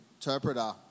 interpreter